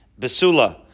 Besula